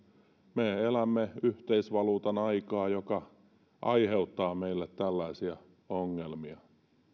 me elämme yhteisvaluutan aikaa joka aiheuttaa meille tällaisia ongelmia